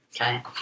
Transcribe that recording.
Okay